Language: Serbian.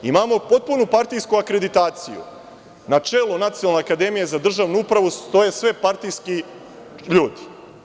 Imamo potpunu partijsku akreditaciju, na čelu Nacionalne akademije za državnu upravu stoje sve partijski ljudi.